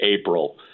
April